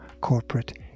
corporate